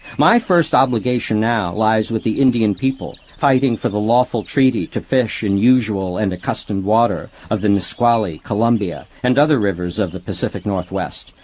my first obligation now lies with the indian people fighting for the lawful treaty to fish in usual and accustomed water of the nisqually, columbia and other rivers of the pacific northwest,